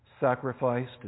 sacrificed